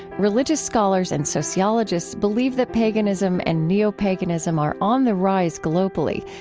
religious scholars and sociologists believe that paganism and neopaganism are on the rise globally,